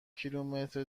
کیلومتر